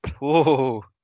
Whoa